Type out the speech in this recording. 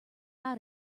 how